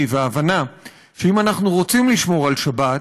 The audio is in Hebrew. והבנה שאם אנחנו רוצים לשמור על שבת,